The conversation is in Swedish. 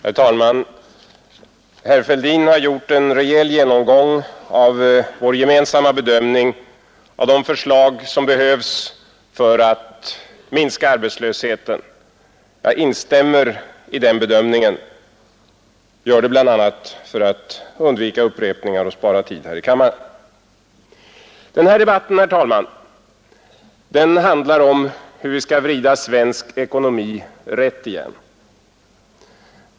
Herr talman! Herr Fälldin har gjort en rejäl genomgång av vår gemensamma bedömning av de förslag som behövs för att minska arbetslösheten. Jag instämmer i den bedömningen, och jag gör det bl.a. för att undvika upprepningar och spara tid här i kammaren. Den här debatten, herr talman, handlar om hur vi skall vrida svensk ekonomi rätt igen.